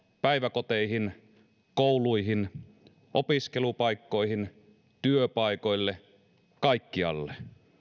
päiväkoteihin kouluihin opiskelupaikkoihin työpaikoille kaikkialle